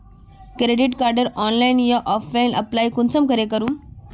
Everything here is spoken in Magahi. क्रेडिट कार्डेर ऑनलाइन या ऑफलाइन अप्लाई कुंसम करे करूम?